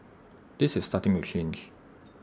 this is starting to change